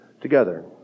together